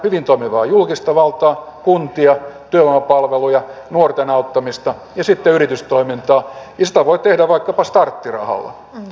hyvin toimivaa julkista valtaa kuntia työvoimapalveluja nuorten auttamista ja sitten yritystoimintaa ja sitä voi tehdä vaikkapa starttirahalla